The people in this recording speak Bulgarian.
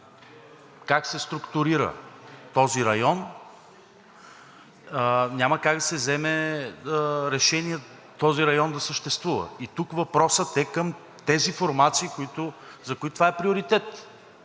как се структурира този район, няма как да се вземе решение този район да съществува и тук въпросът е към формациите, за които това е приоритет.